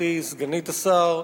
גברתי סגנית השר,